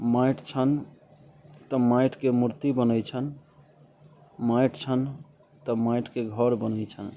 माटि छनि तऽ माटिके मूर्ति बनै छनि माटि छनि तऽ माटिके घर बनै छनि